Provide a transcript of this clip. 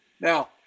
Now